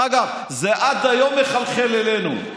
דרך אגב, זה עד היום מחלחל אלינו.